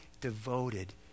devoted